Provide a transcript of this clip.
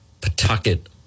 Pawtucket